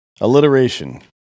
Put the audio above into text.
Alliteration